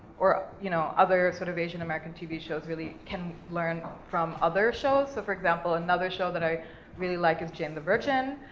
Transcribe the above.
or, you know, other sort of asian american tv shows really can learn from other shows. so for example, another show that i really like is jane the virgin,